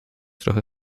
trochę